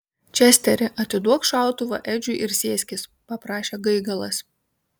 česteri atiduok šautuvą edžiui ir sėskis paprašė gaigalas